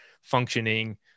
functioning